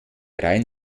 rhein